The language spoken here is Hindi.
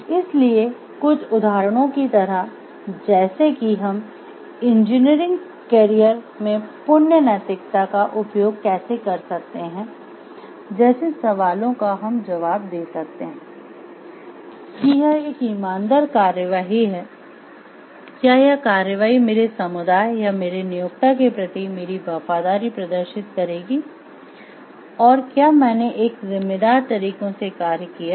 इसलिए कुछ उदाहरणों की तरह जैसे कि हम अपने इंजीनियरिंग कैरियर में "पुण्य नैतिकता" का उपयोग कैसे कर सकते हैं जैसे सवालों का हम जवाब दे सकते हैं कि यह एक ईमानदार कार्रवाई है क्या यह कार्रवाई मेरे समुदाय या मेरे नियोक्ता के प्रति मेरी वफादारी प्रदर्शित करेगी और क्या मैंने एक जिम्मेदार तरीके से कार्य किया है